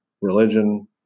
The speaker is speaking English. religion